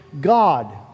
God